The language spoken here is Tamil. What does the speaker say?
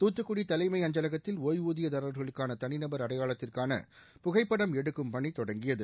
தூத்துக்குடி தலைமை அஞ்சலகத்தில் ஓய்வூதியதாரர்களுக்கான தனி நபர் அடையாளத்திற்கான புகைப்படம் எடுக்கும் பணி தொடங்கியது